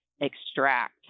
extract